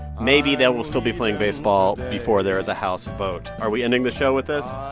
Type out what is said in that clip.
maybe they will still be playing baseball before there is a house vote. are we ending the show with this?